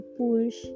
push